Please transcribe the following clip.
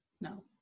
No